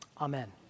amen